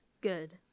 good